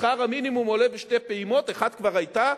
שכר המינימום עולה בשתי פעימות, אחת כבר היתה,